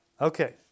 Okay